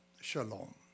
shalom